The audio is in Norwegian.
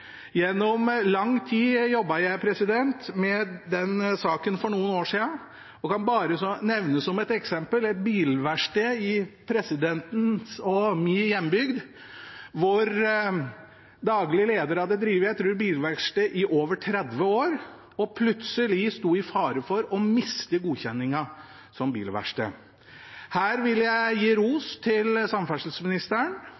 Gjennom lang tid for noen år siden jobbet jeg med den saken. Jeg kan bare nevne som et eksempel et bilverksted i presidentens og min hjembygd, hvor daglig leder hadde drevet bilverksted i over 30 år, tror jeg, som plutselig sto i fare for å miste godkjenningen som bilverksted. Her vil jeg gi